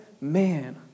man